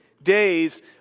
Days